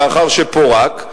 לאחר שפורק?